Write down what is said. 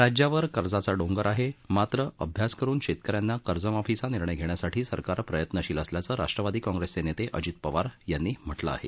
राज्यावर कर्जाचा डोंगर आहे मात्र अभ्यास करुन शेतक यांना कर्जमाफीचा निर्णय घेण्यासाठी सरकार प्रयत्नशील असल्याचं राष्ट्रवादी काँग्रेसचे नेते अजित पवार यांनी म्हटलं आहे